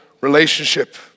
relationship